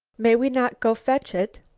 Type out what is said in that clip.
may we not go fetch it?